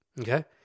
okay